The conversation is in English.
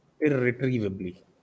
irretrievably